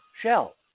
Shell